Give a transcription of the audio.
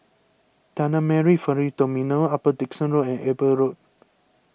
Tanah Merah Ferry Terminal Upper Dickson Road and Eber Road